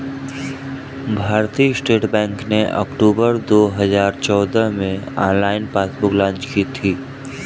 भारतीय state bank ने अक्टूबर दो हजार चौदह में ऑनलाइन पासबुक लॉन्च की थी